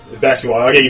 Basketball